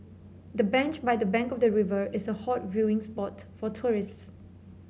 the bench by the bank of the river is a hot viewing spot for tourists